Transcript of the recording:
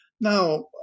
Now